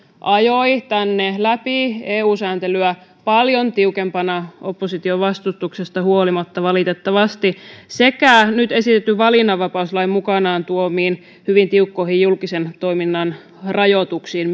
ajoi tänne läpi eu sääntelyä paljon tiukempana opposition vastustuksesta huolimatta valitettavasti sekä peilaten myös nyt esitetyn valinnanvapauslain mukanaan tuomiin hyvin tiukkoihin julkisen toiminnan rajoituksiin